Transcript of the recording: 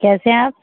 कैसे हैं आप